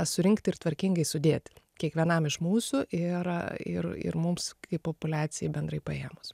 surinkti ir tvarkingai sudėti kiekvienam iš mūsų ir ir ir mums kaip populiacijai bendrai paėmus